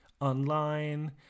online